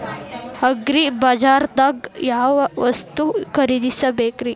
ಅಗ್ರಿಬಜಾರ್ದಾಗ್ ಯಾವ ವಸ್ತು ಖರೇದಿಸಬೇಕ್ರಿ?